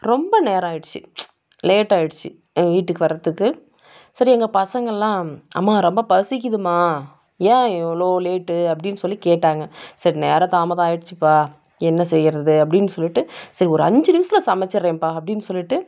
ரொம்ப நேரம் ஆகிடுச்சி லேட்டாக ஆகிடிச்சி எங்கள் வீட்டுக்கு வர்றதுக்கு சரி எங்கள் பசங்களெலாம் அம்மா ரொம்ப பசிக்குதுமா ஏன் இவ்வளோ லேட்டு அப்படின்னு சொல்லி கேட்டாங்க சரி நேரம் தாமதம் ஆகிடுச்சிப்பா என்ன செய்கிறது அப்படின்னு சொல்லிட்டு சரி ஒரு அஞ்சு நிமிஷத்தில் சமைச்சிடுறேன்பா அப்படின்னு சொல்லிட்டு